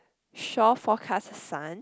shore forecast sun